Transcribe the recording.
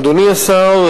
אדוני השר,